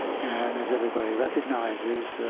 and as everybody recognizes,